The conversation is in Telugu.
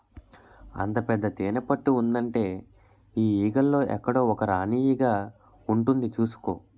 అంత పెద్ద తేనెపట్టు ఉందంటే ఆ ఈగల్లో ఎక్కడో ఒక రాణీ ఈగ ఉంటుంది చూసుకో